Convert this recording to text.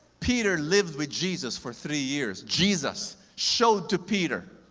peter lived with jesus for three years. jesus showed to peter